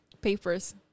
papers